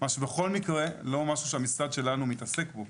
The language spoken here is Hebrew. לא משהו שהמשרד שלנו מתעסק בו.